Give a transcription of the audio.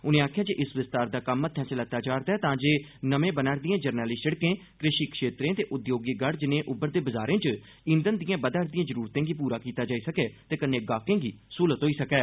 उनें आक्खेआ जे इस विस्तार दा कम्म हत्थै च लैता जा'रदा ऐ तां जे नमें बनै'रदिएं जरनैली शिड़कें कृषि क्षेत्रें ते उद्योगी गढें जनेह् उब्बरदे बजारें च ईघन दिएं बधै'रदिएं जरूरतें गी पूरा कीता जाई सकै ते कन्नै ग्राहकें गी सहूलत होई सकै